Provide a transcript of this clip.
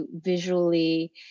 visually